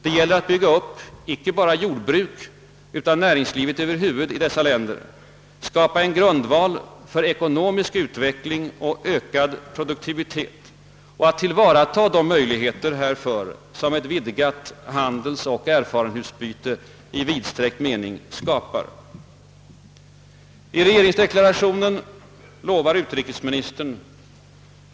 Det gäller att bygga upp icke bara jordbruk utan näringslivet över huvud i dessa länder, skapa en grundval för ekonomisk utveckling och ökad produktivitet samt tillvarata de möjligheter härför som ett vidgat handelsoch erfarenhetsutbyte i vidsträckt mening skapar.